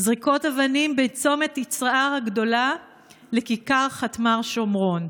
זריקות אבנים בצומת יצהר הגדולה לכיכר חטמ"ר שומרון,